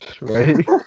Right